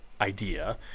idea